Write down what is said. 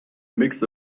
mix